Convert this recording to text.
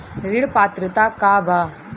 ऋण पात्रता का बा?